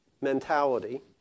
mentality